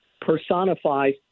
personifies